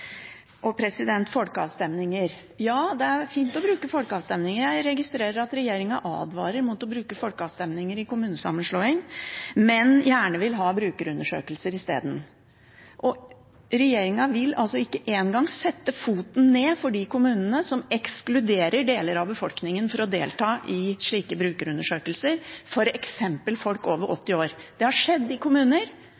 Og om folkeavstemninger: Ja, det er fint å bruke folkeavstemninger. Jeg registrerer at regjeringen advarer mot å bruke folkeavstemninger i forbindelse med kommunesammenslåinger, men gjerne vil ha brukerundersøkelser isteden. Regjeringen vil ikke engang sette ned foten for de kommunene som ekskluderer deler av befolkningen fra å delta i slike brukerundersøkelser, f.eks. folk over 80 år. Det har skjedd i kommuner.